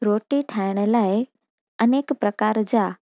रोटी ठाहिण लाइ अनेक प्रकार जा